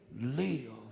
live